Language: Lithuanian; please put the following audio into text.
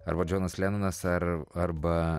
arba džonas lenonas ar arba